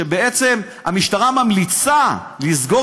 שאומרת שהמשטרה לא ממליצה בכלל,